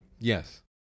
Yes